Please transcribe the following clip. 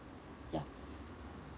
ya